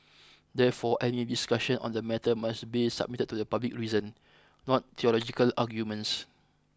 therefore any discussions on the matter must be submitted to the public reason not theological arguments